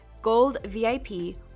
GOLDVIP